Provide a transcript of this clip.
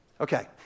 Okay